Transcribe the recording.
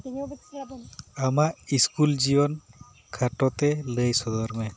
ᱟᱢᱟᱜ ᱤᱥᱠᱩᱞ ᱡᱤᱭᱚᱱ ᱠᱷᱟᱴᱚ ᱛᱮ ᱞᱟᱹᱭ ᱥᱚᱫᱚᱨ ᱢᱮ